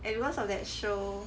and because of that show